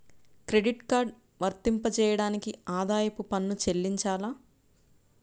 Credit card వర్తింపజేయడానికి ఆదాయపు పన్ను చెల్లించాలా?